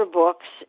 books